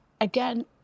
again